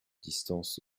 distance